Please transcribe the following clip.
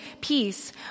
peace